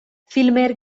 vielmehr